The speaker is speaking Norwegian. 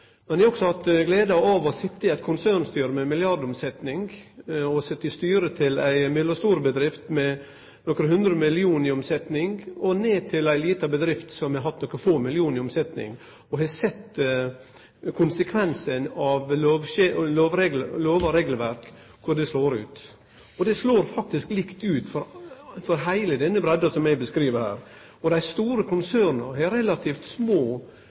ein skapar her til lands. Eg har hatt gleda – av og til den tvilsame gleda – av å leie ei mellomstor bedrift, men eg har også hatt gleda av å sitje i eit konsernstyre med milliardomsetjing, i styret til ei mellomstor bedrift med nokre hundre millionar kroner i omsetjing og i ei lita bedrift som har hatt nokre få millionar kroner i omsetjing. Eg har sett konsekvensane av korleis lover og regelverk slår ut. Dei slår faktisk likt ut for alle dei som eg beskriv her.